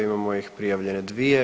Imamo ih prijavljene dvije.